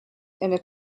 and